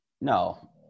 no